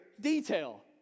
detail